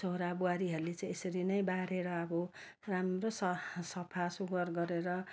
छोरा बुहारीहरूले चाहिँ यसरी नै बारेर अब राम्रो स सफासुग्घर गरेर